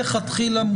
מלכתחילה מותקן?